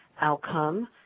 outcome